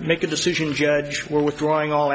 make a decision judge we're withdrawing all